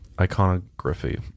iconography